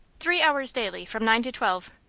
three hours daily from nine to twelve.